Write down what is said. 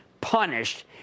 punished